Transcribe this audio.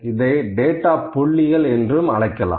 இதை டேட்டா புள்ளிகள் என்று அழைக்கலாம்